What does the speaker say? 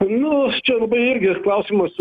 nu aš čia labai irgi klausimas